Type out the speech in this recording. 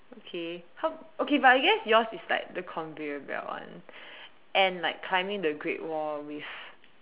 okay how okay but I guess yours is like the conveyor belt one and like climbing the great wall with